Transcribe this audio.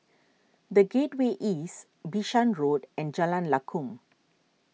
the Gateway East Bishan Road and Jalan Lakum